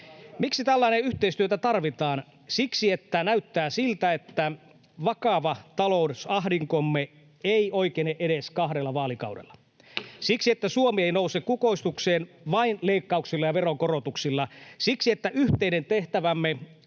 Miksi tällaista yhteistyötä tarvitaan? Siksi, että näyttää siltä, että vakava talousahdinkomme ei oikene edes kahdella vaalikaudella, siksi, että Suomi ei nouse kukoistukseen vain leikkauksilla ja veronkorotuksilla, siksi, että yhteinen tehtävämme